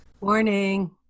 Morning